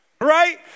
Right